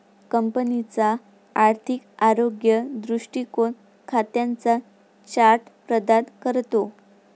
कंपनीचा आर्थिक आरोग्य दृष्टीकोन खात्यांचा चार्ट प्रदान करतो